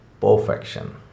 perfection